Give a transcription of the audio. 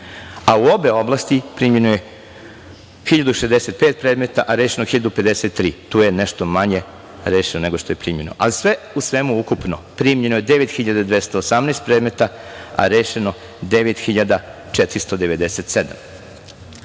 U obe oblasti primljeno je 1.065 predmeta a rešeno 1.053, tu je nešto manje rešeno nego što je primljeno. Ali, sve u svemu, ukupno je primljeno 9.218 predmeta a rešeno